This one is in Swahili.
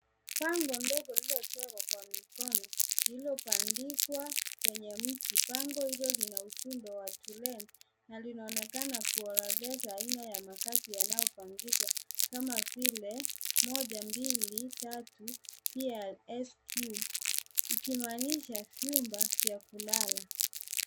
Pango ndogo lililochorwa kwa mkono lililoandikwa kwenye mti pango hilo Lina ujumbe wa to let na linaonekana kuorodhesha aina ya makazi yanayopangizwa kama vile moja mbili tatu pia sq ikimaanisha vyumba vya kulala.